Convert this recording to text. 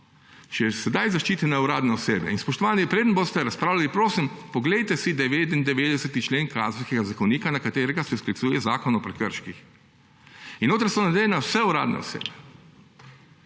še sedaj zaščitene uradne osebe. Spoštovani, preden boste razpravljali, prosim, poglejte si 99. člen Kazenskega zakonika, na katerega se sklicuje Zakon o prekrških. Notri so navedene vse uradne osebe,